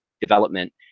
development